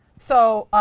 so